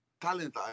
talent